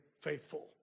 faithful